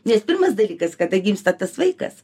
nes pirmas dalykas kada gimsta tas vaikas